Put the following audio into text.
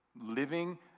living